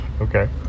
okay